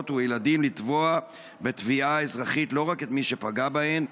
וילדים לתבוע בתביעה אזרחית לא רק את מי שפגע בהם,